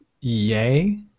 Yay